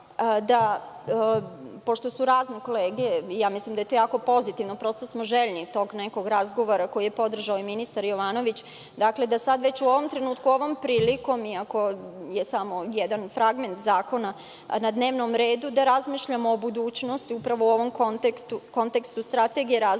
bih, pošto su razne kolege, mislim da je to jako pozitivno, prosto smo željni tog nekog razgovora koji je podržao i ministar Jovanović, da sada u ovom trenutku, ovom prilikom, iako je samo jedan fragment zakona na dnevnom redu, da razmišljamo o budućnosti, upravo u ovom kontekstu strategije razvoja